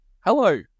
Hello